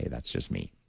that's just me.